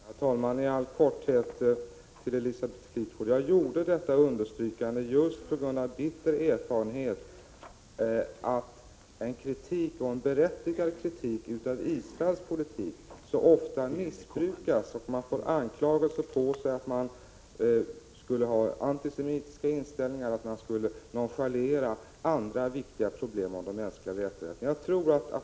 Herr talman! Jag vill i all korthet säga till Elisabeth Fleetwood att jag gjorde detta understrykande just på grund av bitter erfarenhet av att en berättigad kritik av Israels politik så ofta missbrukas. Man anklagas för antisemitiska inställningar och för nonchalans av andra viktiga problem i fråga om de mänskliga rättigheterna.